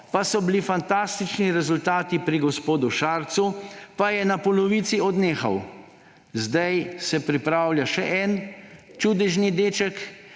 Pa so bili fantastični rezultati pri gospodu Šarcu, pa je na polovici odnehal. Zdaj se pripravlja še eden čudežni deček